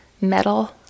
metal